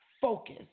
focus